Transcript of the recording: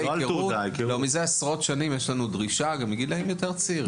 יש לנו דרישה מזה עשרות שנים; גם מגילאים יותר צעירים.